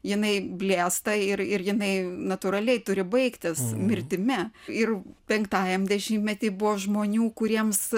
jinai blėsta ir ir jinai natūraliai turi baigtis mirtimi ir penktajam dešimtmety buvo žmonių kuriems